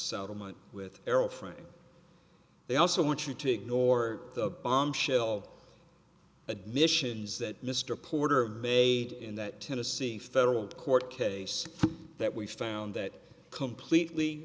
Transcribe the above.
settlement with errol frank they also want you to ignore the bombshell admissions that mr porter made in that tennessee federal court case that we found that completely